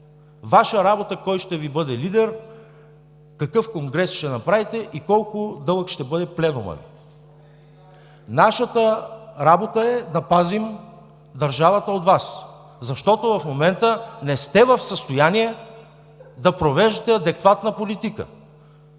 Ваша работа е кой ще Ви бъде лидер, какъв конгрес ще направите и колко дълъг ще бъде пленумът Ви. Нашата работа е да пазим държавата от Вас, защото в момента не сте в състояние да провеждате адекватна политика.